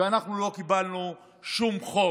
ואנחנו לא קיבלנו שום חוק.